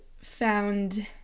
found